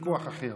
ויכוח אחר.